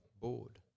bored